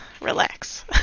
Relax